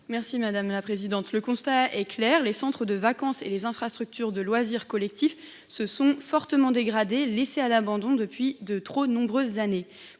Mathilde Ollivier. Le constat est clair : les centres de vacances et les infrastructures de loisirs collectifs se sont fortement dégradés, laissés à l’abandon depuis de trop nombreuses années.